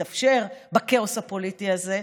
אם יתאפשר בכאוס הפוליטי הזה,